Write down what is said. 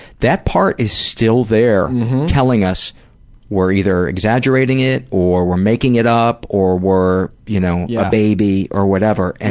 that part is still there telling us we're either exaggerating it or we're making it up or we're you know yeah a baby, or whatever, and